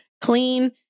clean